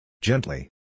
Gently